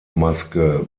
maske